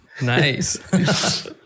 Nice